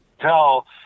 tell